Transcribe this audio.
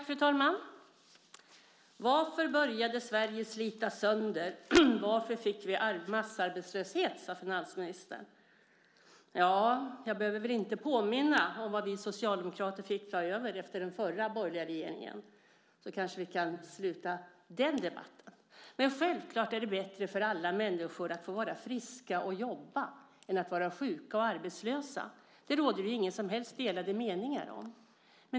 Fru talman! Varför började Sverige slitas sönder; varför fick vi massarbetslöshet, undrade finansministern. Jag behöver väl inte påminna om vad vi socialdemokrater fick ta över efter den förra borgerliga regeringen. Därmed kanske vi kan avsluta den debatten. Självklart är det bättre för alla människor att få vara friska och jobba än att vara sjuka eller arbetslösa. Det råder det inga som helst delade meningar om.